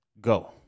go